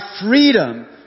freedom